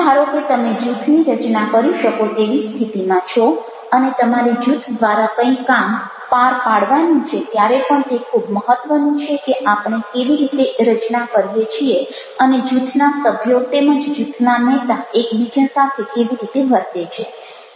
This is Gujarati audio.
ધારો કે તમે જૂથની રચના કરી શકો તેવી સ્થિતિમાં છો અને તમારે જૂથ દ્વારા કંઈ કામ પાર પાડવાનું છે ત્યારે પણ તે ખૂબ મહત્ત્વનું છે કે આપણે કેવી રીતે રચના કરીએ છીએ અને જૂથના સભ્યો તેમજ જૂથના નેતા એકબીજા સાથે કેવી રીતે વર્તે છે